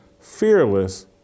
fearless